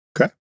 okay